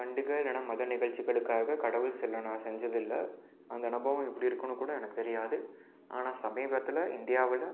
பண்டிகை இல்லைன்னா மத நிகழ்ச்சிகளுக்காக கடவுள் சிலை நான் செஞ்சதில்லை அந்த அனுபவம் எப்படி இருக்குதுன்னு கூட எனக்கு தெரியாது ஆனால் சமீபத்தில் இந்தியாவில்